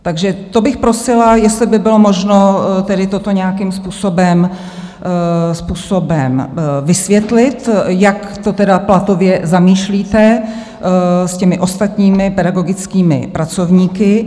Takže to bych prosila, jestli by bylo možno toto nějakým způsobem vysvětlit, jak to tedy platově zamýšlíte s těmi ostatními pedagogickými pracovníky.